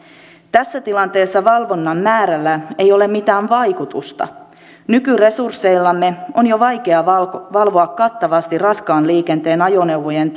tässä tilanteessa valvonnan määrällä ei ole mitään vaikutusta nykyresursseillamme on jo vaikea valvoa valvoa kattavasti raskaan liikenteen ajoneuvojen